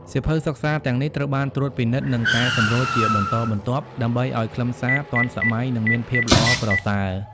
សៀវភៅសិក្សាទាំងនេះត្រូវបានត្រួតពិនិត្យនិងកែសម្រួលជាបន្តបន្ទាប់ ដើម្បីឱ្យខ្លឹមសារទាន់សម័យ និងមានភាពល្អប្រសើរ។